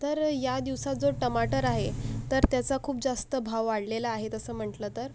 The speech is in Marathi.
तर या दिवसात जो टमाटर आहे तर त्याचा खूप जास्त भाव वाढलेला आहे तसं म्हंटलं तर